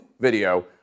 video